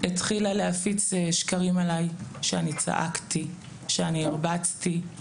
התחילה להפיץ שקרים עליי שאני צעקתי, שאני הרבצתי.